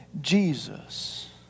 Jesus